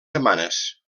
setmanes